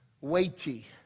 weighty